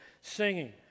singing